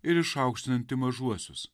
ir išaukštinanti mažuosius